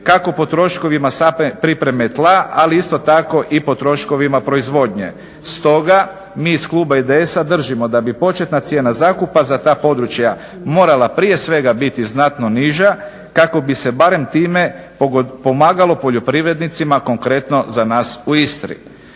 kako po troškovima pripreme tla, ali isto tako i po troškovima proizvodnje. Stoga mi iz kluba IDS-a držimo da bi početna cijena zakupa za ta područja morala prije svega biti znatno niža kako bi se barem time pomagalo poljoprivrednicima, konkretno za nas u Istri.